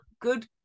good